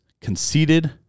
conceited